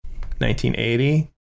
1980